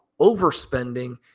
overspending